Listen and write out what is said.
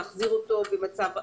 להחזיר אותו במצב אחר.